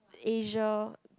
Asia